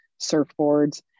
surfboards